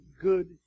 good